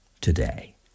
today